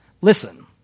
Listen